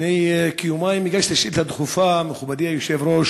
נמצאת בשלבי התקשרות עם הקבלן המבצע.